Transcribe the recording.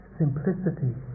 simplicity